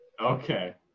Okay